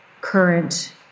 current